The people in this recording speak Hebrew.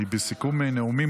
אני בסיכון מנאומים